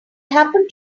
happen